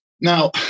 Now